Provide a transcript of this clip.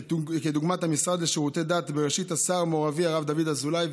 כדוגמת המשרד לשירותי דת בראשות השר מו"ר אבי הרב דוד אזולאי,